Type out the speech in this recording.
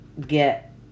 get